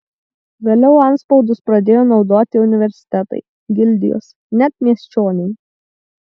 vėliau antspaudus pradėjo naudoti universitetai gildijos net miesčioniai